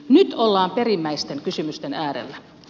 nyt ollaan perimmäisten kysymysten äärellä